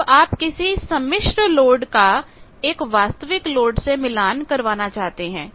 अब आप किसी सम्मिश्र लोड का एक वास्तविक लोड से मिलान करवाना चाहते हैं